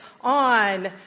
on